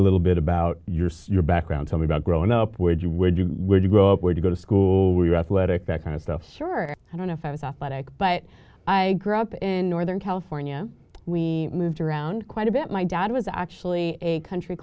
a little bit about your your background tell me about growing up with you where do you grow up where you go to school we're athletic that kind of stuff sure i don't know if i was off by dick but i grew up in northern california we moved around quite a bit my dad was actually a country